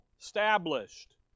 established